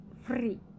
free